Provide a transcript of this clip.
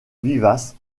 vivaces